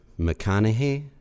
McConaughey